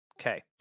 okay